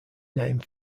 name